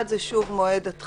בהתאמה למה שהיה קודם.